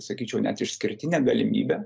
sakyčiau net išskirtinę galimybę